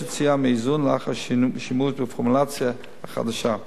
יציאה מאיזון לאחר השימוש בפורמולוציה החדשה.